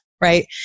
Right